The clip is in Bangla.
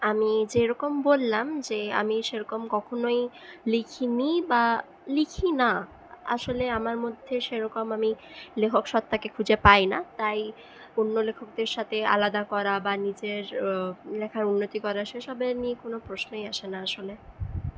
আমি যেরকম বললাম যে আমি সেরকম কখনোই লিখিনি বা লিখি না আসলে আমার মধ্যে সেরকম আমি লেখকসত্ত্বাকে খুঁজে পাই না তাই অন্য লেখকদের সাথে আলাদা করা বা নিজের লেখার উন্নতি করা সেসবের নিয়ে কোনো প্রশ্নই আসে না আসলে